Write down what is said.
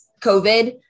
COVID